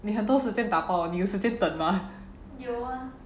你很多时间打包 or 你有时间等吗